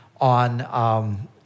on